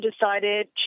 decided